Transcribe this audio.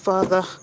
Father